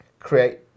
Create